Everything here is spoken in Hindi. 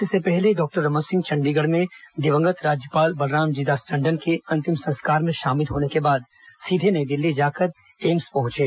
इससे पहले डॉक्टर रमन सिंह चंडीगढ़ में दिवंगत राज्यपाल बलरामजी दास टंडन के अंतिम संस्कार में शामिल होने के बाद सीधे नई दिल्ली जाकर एम्स पहुंचे